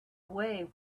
away